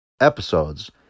episodes